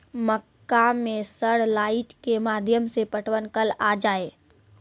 मक्का मैं sir light के माध्यम से पटवन कल आ जाए?